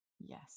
yes